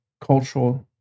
cultural